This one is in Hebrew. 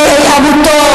ומטלון,